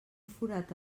forat